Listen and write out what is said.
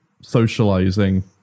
socializing